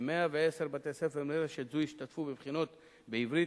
כ-110 בתי-ספר מרשת זו השתתפו בבחינות בעברית